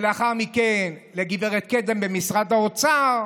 ולאחר מכן לגב' קדם במשרד האוצר,